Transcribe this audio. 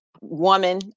woman